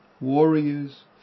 Warriors